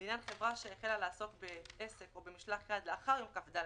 לעניין עצמאי שהחל לעסוק בעסק או במשלח יד לאחר יום כ"ד